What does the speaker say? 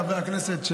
חברי הכנסת,